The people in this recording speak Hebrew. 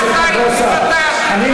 חבר הכנסת נגוסה, לא להפריע.